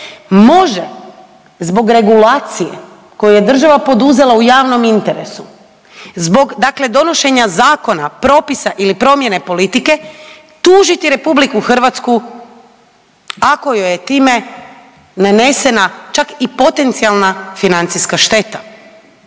može zbog regulacije koju je država poduzela u javnom interesu, zbog dakle donošenja zakona, propisa ili promjene politike tužiti Republiku Hrvatsku ako joj je time nanesena čak i potencijalna financijska šteta.